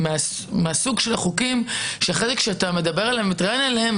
מהסוג של החוקים שאחרי זה כשאתה מדבר עליהם ומתראיין עליהם,